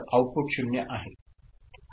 output 0 आहे